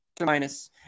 Minus